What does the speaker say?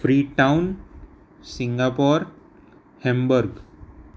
free town Singapore Hamburg